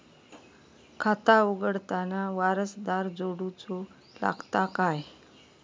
खाता उघडताना वारसदार जोडूचो लागता काय?